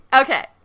Okay